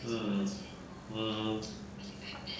hmm hmm